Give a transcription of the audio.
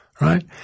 right